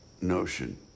notion